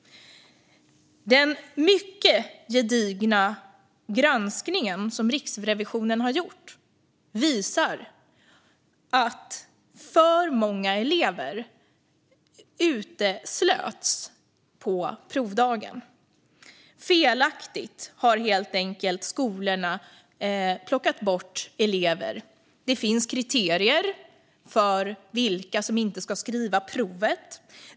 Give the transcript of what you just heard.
Den mycket gedigna granskning som Riksrevisionen har gjort visar att för många elever uteslöts på provdagen. Skolorna har helt enkelt felaktigt plockat bort elever. Det finns kriterier för vilka som inte ska skriva provet.